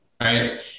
right